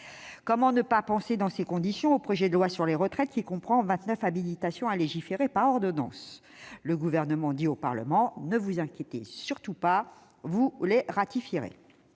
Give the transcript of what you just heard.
Comment ne pas penser, dans ces conditions, au projet de loi sur les retraites, qui comprend vingt-neuf habilitations à légiférer par ordonnance ? Le Gouvernement dit au Parlement :« Ne vous inquiétez pas, vous les ratifierez.